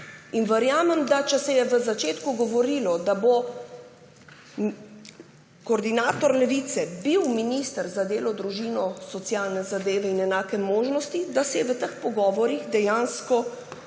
Verjamem, da če se je na začetku govorilo, da bo koordinator Levice minister za delo, družino, socialne zadeve in enake možnosti, se je v teh pogovorih dejansko,